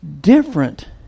different